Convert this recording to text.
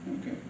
Okay